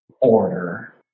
Order